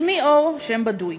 שמי אור, שם בדוי,